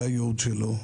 זהו הייעוד שלו.